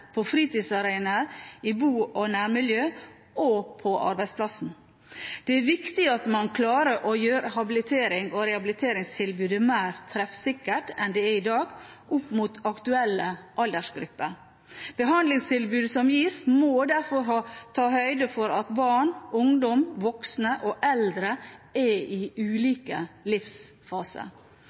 på fritidsarenaer, i bo- og nærmiljø og på arbeidsplassen. Det er viktig at man klarer å gjøre habiliterings- og rehabiliteringstilbudet mer treffsikkert enn det er i dag, opp mot aktuelle aldersgrupper. Behandlingstilbudet som gis, må derfor ta høyde for at barn, ungdom, voksne og eldre er i ulike